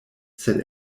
sed